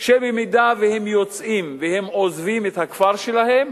שבמידה שהם יוצאים והם עוזבים את הכפר שלהם,